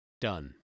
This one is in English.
Done